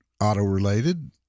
auto-related